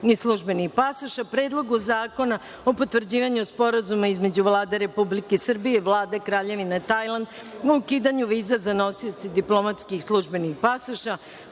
i službenih pasoša; Predlogu zakona o potvrđivanju Sporazuma između Vlade Republike Srbije i Vlade Kraljevine Tajland o ukidanju viza za nosioce diplomatskih i službenih pasoša;